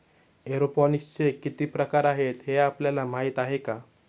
एरोपोनिक्सचे किती प्रकार आहेत, हे आपल्याला माहित आहे का?